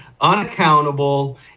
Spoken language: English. unaccountable